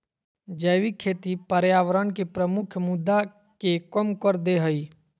जैविक खेती पर्यावरण के प्रमुख मुद्दा के कम कर देय हइ